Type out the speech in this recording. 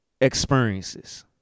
experiences